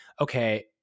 okay